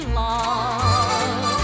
love